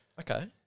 Okay